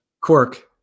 Quirk